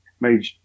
made